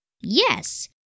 Yes